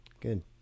good